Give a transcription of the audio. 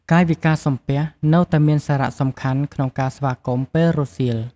កាយវិការសំពះ នៅតែមានសារៈសំខាន់ក្នុងការស្វាគមន៍ពេលរសៀល។